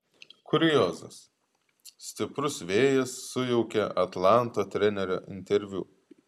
kuriozas stiprus vėjas sujaukė atlanto trenerio interviu